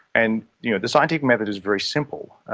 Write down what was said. and you know the scientific method is very simple.